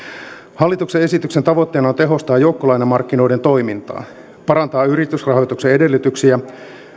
hallituksen esityksen tavoitteena on tehostaa joukkolainamarkkinoiden toimintaa parantaa yritysrahoituksen edellytyksiä